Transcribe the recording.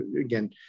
again